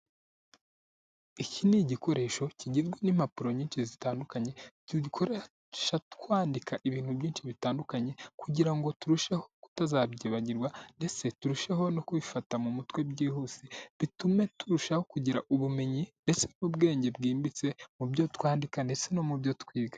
Iki ni igikoresho kigizwe n'impapuro nyinshi zitandukanye dukoresha twandika ibintu byinshi bitandukanye kugira ngo turusheho kutazabyibagirwa ndetse turushaho no kubifata mu mutwe byihuse, bitume turushaho kugira ubumenyi ndetse n'ubwenge bwimbitse mu byo twandika ndetse no mu byo twiga.